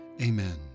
Amen